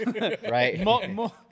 right